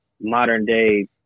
modern-day